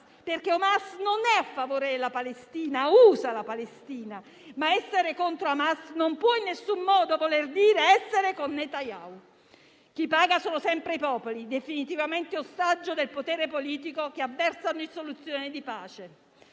perché Hamas non è a favore della Palestina, la usa; tuttavia, essere contro Hamas non può in nessun modo voler dire essere con Netanyahu. Chi paga sono sempre i popoli, definitivamente ostaggio del potere politico che avversa ogni soluzione di pace.